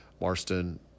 Marston